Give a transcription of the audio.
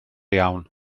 iawn